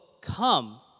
come